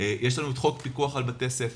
יש לנו חוק פיקוח על בתי ספר.